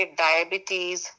diabetes